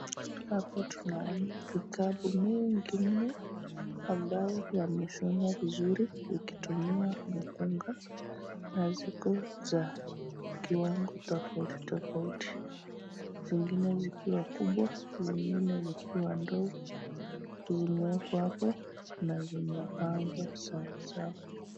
Hapa tunaona kikapu mengi mno ambayo wameshonwa vizuri ukitumia mkunga, na ziko za kiwango tofauti tofauti, zingine zikiwa kubwa, zingine zikiwa ndogo. Zimewekwa hapo na zimepangwa sawasawa.